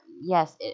Yes